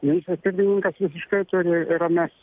ministras pirmininkas visiškai turi ramias